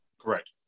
Correct